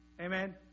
Amen